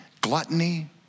gluttony